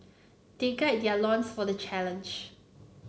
they guy their loins for the challenge